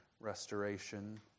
restoration